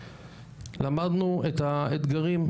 למדנו את האתגרים,